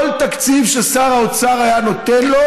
כל תקציב ששר האוצר היה נותן לו,